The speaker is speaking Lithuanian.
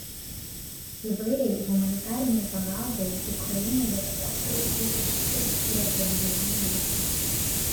įvairiai humanitarinei pagalbai ukrainai lietuvos vyriausybė iš viso skyrė apie milijoną litų